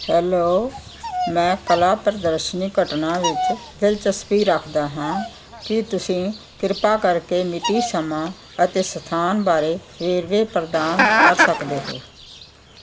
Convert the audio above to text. hello ਮੈਂ ਕਲਾ ਪ੍ਰਦਰਸ਼ਨੀ ਘਟਨਾ ਵਿੱਚ ਦਿਲਚਸਪੀ ਰੱਖਦਾ ਹਾਂ ਕੀ ਤੁਸੀਂ ਕਿਰਪਾ ਕਰਕੇ ਮਿਤੀ ਸਮਾਂ ਅਤੇ ਸਥਾਨ ਬਾਰੇ ਵੇਰਵੇ ਪ੍ਰਦਾਨ ਕਰ ਸਕਦੇ ਹੋ